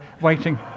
waiting